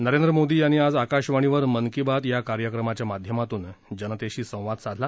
नरेंद्र मोदी यांनी आज आकाशवाणीवर मन की बात या कार्यक्रमाच्या माध्यमातून जनतेशी संवाद साधला